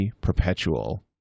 Perpetual